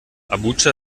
abuja